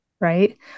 right